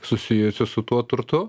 susijusiu su tuo turtu